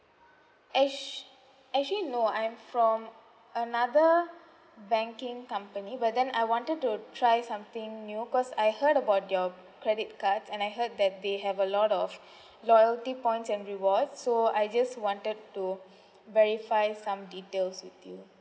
act~ actually no I'm from another banking company but then I wanted to try something new cause I heard about your credit card and I heard that they have a lot of loyalty points and rewards so I just wanted to verify some details with you